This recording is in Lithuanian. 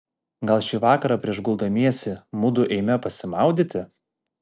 gal šį vakarą prieš guldamiesi mudu eime pasimaudyti